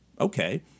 okay